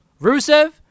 Rusev